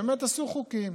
באמת עשו חוקים.